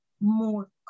more